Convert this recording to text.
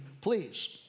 please